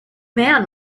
man